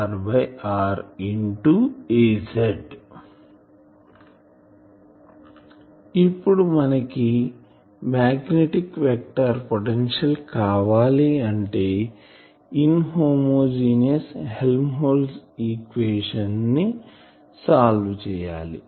A µoIdl4 e jkor r Az ఇప్పుడు మనకి magnetic vector potential కావాలి అంటే ఇన్ హోమోజీనియస్ హెల్మ్హోల్ట్జ్ ఈక్వేషన్ ని సాల్వ్ చేయాలి